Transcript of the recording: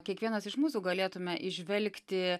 kiekvienas iš mūsų galėtume įžvelgti